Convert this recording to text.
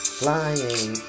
flying